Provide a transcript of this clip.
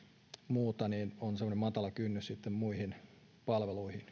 muuta niin on semmoinen matala kynnys sitten muihin palveluihin